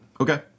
Okay